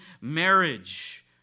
marriage